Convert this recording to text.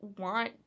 want